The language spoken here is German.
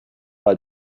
weil